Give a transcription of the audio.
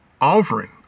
offering